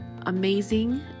amazing